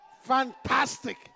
Fantastic